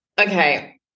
Okay